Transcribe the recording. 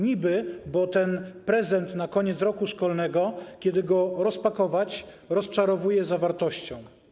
Niby, bo ten prezent na koniec roku szkolnego, kiedy go rozpakować, rozczarowuje zawartością.